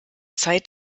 zeit